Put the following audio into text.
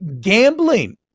Gambling